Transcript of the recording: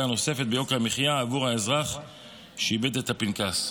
נוספת ביוקר המחיה עבור האזרח שאיבד את הפנקס.